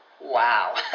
Wow